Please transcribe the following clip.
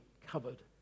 covered